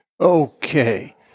Okay